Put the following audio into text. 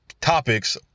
topics